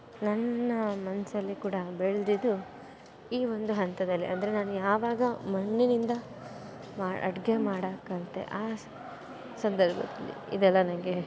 ನನ್ನ ಮನಸ್ಸಲ್ಲಿ ಕೂಡ ಬೆಳೆದಿದ್ದು ಈ ಒಂದು ಹಂತದಲ್ಲೆ ಅಂದರೆ ನಾನು ಯಾವಾಗ ಮಣ್ಣಿನಿಂದ ಮಾಡಿ ಅಡಿಗೆ ಮಾಡಕೆ ಕಲಿತೆ ಆ ಸಂದರ್ಭದಲ್ಲಿ ಇದೆಲ್ಲ ನನಗೆ